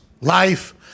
Life